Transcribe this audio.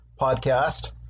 podcast